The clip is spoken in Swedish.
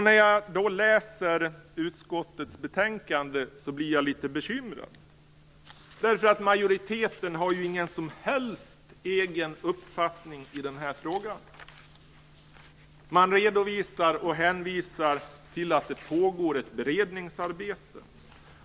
När jag läser utskottets betänkande blir jag litet bekymrad. Majoriteten har ju ingen egen uppfattning i den här frågan. Man redovisar och hänvisar till att det pågår ett beredningsarbete.